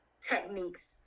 techniques